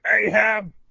Ahab